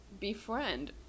Befriend